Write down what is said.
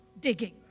digging